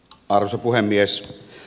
arvoisa puhemies